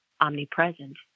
omnipresent